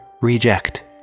reject